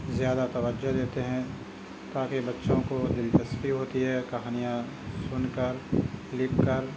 زیادہ توجہ دیتے ہیں تاکہ بچوں کو دلچسپی ہوتی ہے کہانیاں سن کر لکھ کر